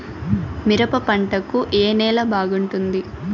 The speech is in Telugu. మిరప పంట కు ఏ నేల బాగుంటుంది?